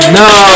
no